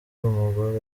umugore